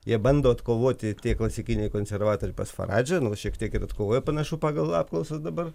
jie bando atkovoti tie klasikiniai konservatoriai pas faradže nors šiek tiek ir atkovojo panašu pagal apklausas dabar